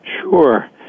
Sure